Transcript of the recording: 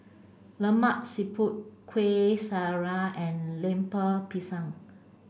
Lemak Siput Kueh Syara and Lemper Pisang